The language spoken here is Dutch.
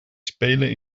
spelen